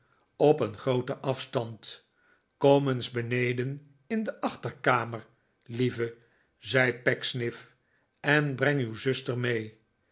op een grooten afstand kom eens beneden in de achterkamer lieve zei pecksniff en breng uw zuster mee